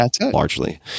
largely